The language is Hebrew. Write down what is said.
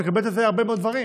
מקבלת על זה הרבה מאוד דברים,